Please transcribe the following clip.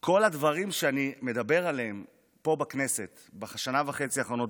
כל הדברים שאני מדבר עליהם פה בכנסת בשנה וחצי האחרונות,